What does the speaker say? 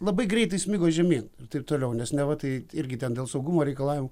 labai greitai smigo žemyn ir taip toliau nes neva tai irgi ten dėl saugumo reikalavimų